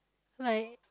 like